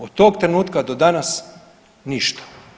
Od tog trenutka do danas ništa.